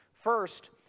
First